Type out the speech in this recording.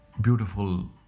beautiful